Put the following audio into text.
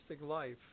Life